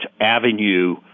avenue